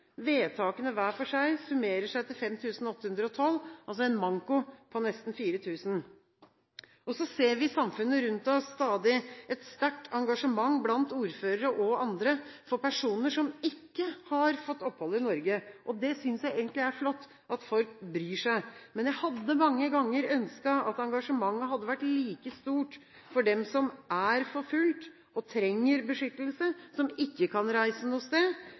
Vedtakene hver for seg summerer seg til 5 812, altså en manko på nesten 4 000. Så ser vi i samfunnet rundt oss stadig et sterkt engasjement blant ordførere og andre for personer som ikke har fått opphold i Norge. Jeg syns egentlig det er flott at folk bryr seg. Men jeg hadde mange ganger ønsket at engasjementet hadde vært like stort for dem som er her forfulgt og trenger beskyttelse, som ikke kan reise noe sted,